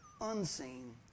unseen